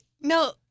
No